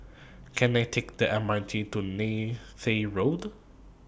Can I Take The M R T to Neythai Road